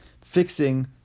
fixing